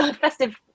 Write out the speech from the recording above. festive